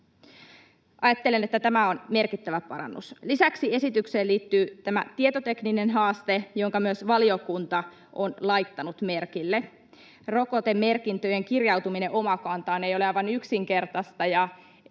Ajattelen, että tämä on merkittävä parannus. Lisäksi esitykseen liittyy tämä tietotekninen haaste, jonka myös valiokunta on laittanut merkille. Rokotemerkintöjen kirjautuminen Omakantaan ei ole aivan yksinkertaista.